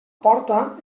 porta